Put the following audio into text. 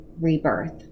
rebirth